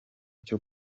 cyo